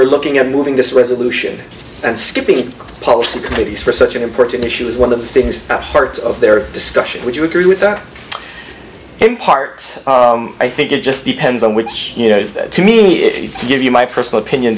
were looking at moving this resolution and skipping the policy committees for such an important issue is one of the things that heart of their discussion would you agree with that in part i think it just depends on which you know to me if you give you my personal opinion